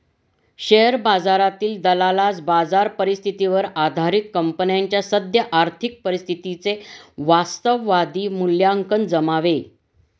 share बाजारातील दलालास बाजार परिस्थितीवर आधारित कंपनीच्या सद्य आर्थिक परिस्थितीचे वास्तववादी मूल्यांकन जमावे